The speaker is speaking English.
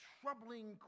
troubling